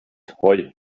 hoe